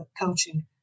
coaching